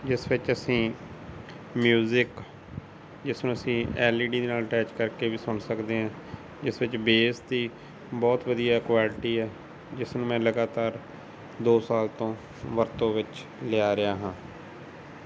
ਜਿਸ ਵਿੱਚ ਅਸੀਂ ਮਿਊਜ਼ਿਕ ਜਿਸਨੂੰ ਅਸੀਂ ਐਲ ਈ ਡੀ ਦੇ ਨਾਲ ਅਟੈਚ ਕਰਕੇ ਵੀ ਸੁਣ ਸਕਦੇ ਹਾਂ ਇਸ ਵਿੱਚ ਬੇਸ ਦੀ ਬਹੁਤ ਵਧੀਆ ਕੁਆਲਿਟੀ ਹੈ ਜਿਸ ਨੂੰ ਮੈਂ ਲਗਾਤਾਰ ਦੋ ਸਾਲ ਤੋਂ ਵਰਤੋਂ ਵਿੱਚ ਲਿਆ ਰਿਹਾ ਹਾਂ